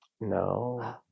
No